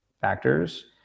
factors